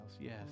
Yes